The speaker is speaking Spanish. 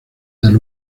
del